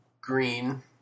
green